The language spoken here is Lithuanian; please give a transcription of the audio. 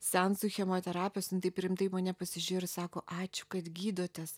seansų chemoterapijos jinai taip rimtai į mane pasižiūrėjo ir sako ačiū kad gydotės